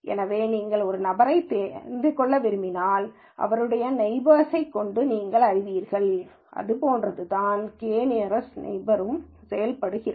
எனவே நீங்கள் ஒரு நபரைத் தெரிந்து கொள்ள விரும்பினால் அவருடைய நெய்பர்ஸை கொண்டு நீங்கள் அறிவீர்கள் அது போன்றது தான் k நியரஸ்ட் நெய்பர்ஸ்ஸைப் பயன்படுத்துவது